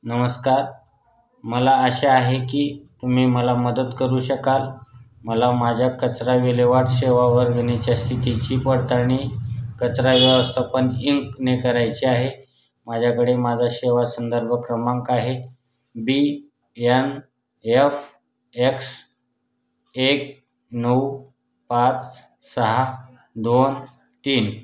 नमस्कार मला आशा आहे की तुम्ही मला मदत करू शकाल मला माझ्या कचरा विल्हेवाट सेवावर घेण्याच्या स्थितीची पडताळणी कचरा व्यवस्थापन इंकने करायचे आहे माझ्याकडे माझा सेवा संदर्भ क्रमांक आहे बी यन एफ एक्स एक नऊ पाच सहा दोन तीन